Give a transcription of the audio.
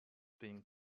been